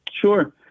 Sure